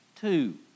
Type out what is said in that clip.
two